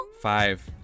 Five